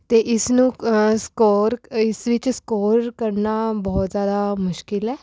ਅਤੇ ਇਸ ਨੂੰ ਸਕੋਰ ਇਸ ਵਿੱਚ ਸਕੋਰ ਕੱਢਣਾ ਬਹੁਤ ਜ਼ਿਆਦਾ ਮੁਸ਼ਕਿਲ ਹੈ